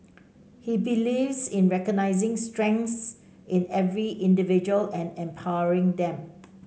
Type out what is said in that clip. he believes in recognising strengths in every individual and empowering them